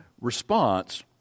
response